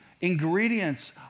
Ingredients